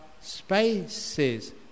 spaces